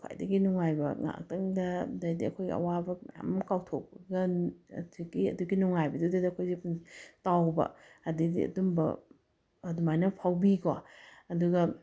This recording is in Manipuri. ꯈ꯭ꯋꯥꯏꯗꯒꯤ ꯅꯨꯡꯉꯥꯏꯕ ꯉꯥꯏꯍꯥꯛꯇꯪꯗ ꯑꯗꯩꯗꯤ ꯑꯩꯈꯣꯏꯒꯤ ꯑꯋꯥꯕ ꯃꯌꯥꯝ ꯀꯥꯎꯊꯣꯛꯑꯒ ꯑꯗꯨꯒꯤ ꯑꯗꯨꯒꯤ ꯅꯨꯡꯉꯥꯏꯕꯗꯨꯗ ꯑꯩꯈꯣꯏꯁꯦ ꯇꯥꯎꯕ ꯑꯗꯩꯗꯤ ꯑꯗꯨꯝꯕ ꯑꯗꯨꯃꯥꯏꯅ ꯐꯥꯎꯕꯤꯀꯣ ꯑꯗꯨꯒ